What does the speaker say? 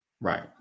Right